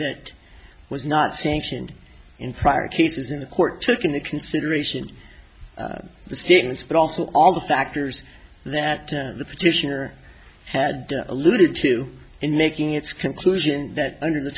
that was not sanctioned in prior cases in the court took into consideration the statements but also all the factors that the petitioner had alluded to in making its conclusion that under the